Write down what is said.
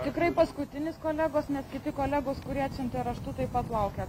tikrai paskutinis kolegos nes kiti kolegos kurie atsiuntė raštu taip pat laukia